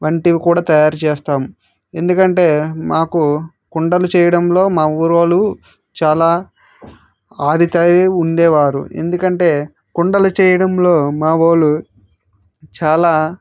వంటివి కూడా తయారు చేస్తాము ఎందుకంటే మాకు కుండలు చేయడంలో మా ఊరోళ్ళు చాలా ఆరితేరి ఉండేవారు ఎందుకంటే కుండలు చేయడంలో మావాళ్ళు చాలా